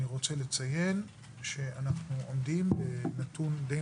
אני רוצה לציין שאנחנו עומדים בנתון די